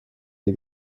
die